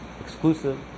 exclusive